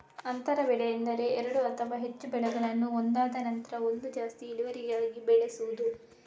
ಅಂತರ ಬೆಳೆ ಎಂದರೆ ಎರಡು ಅಥವಾ ಹೆಚ್ಚು ಬೆಳೆಯನ್ನ ಒಂದಾದ ನಂತ್ರ ಒಂದು ಜಾಸ್ತಿ ಇಳುವರಿಗಾಗಿ ಬೆಳೆಸುದು